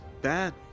bad